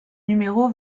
numéro